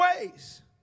ways